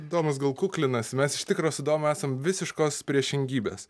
domas gal kuklinasi mes iš tikro su domu esam visiškos priešingybės